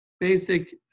basic